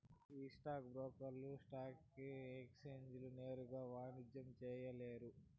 ఈ స్టాక్ బ్రోకర్లు స్టాక్ ఎక్సేంజీల నేరుగా వాణిజ్యం చేయలేరు